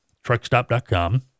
Truckstop.com